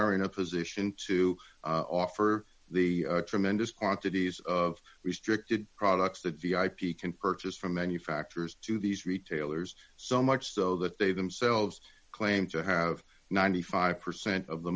are in a position to offer the tremendous quantities of restricted products that the ip can purchase from manufacturers to these retailers so much so that they themselves claim to have ninety five percent of the